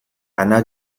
anna